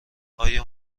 آیا